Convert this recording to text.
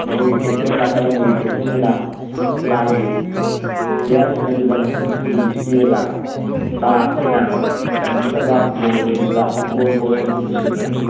ꯃꯈꯣꯣꯏꯒꯤ captain ꯅꯥꯀꯟ ꯑꯃꯒꯤ ꯀꯦꯞꯇꯦꯟꯗꯨꯅ ꯃꯥꯒꯤ ꯄ꯭ꯂꯦꯌꯥꯔꯁꯤꯡ ꯑꯗꯨꯗ ꯃꯊꯪ ꯃꯊꯪ ꯌꯨꯕꯤꯁꯤ ꯄꯤꯔꯒ ꯃꯍꯥꯛ ꯑꯩꯈꯣꯏꯅ ꯆꯟꯒꯗꯕ ꯒꯣꯜ ꯂꯣꯝꯗ ꯒꯣꯜ ꯄꯣꯁ ꯂꯣꯝꯗ ꯄꯨꯁꯤꯟꯕꯅꯤ